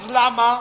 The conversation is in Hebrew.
אז למה?